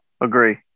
Agree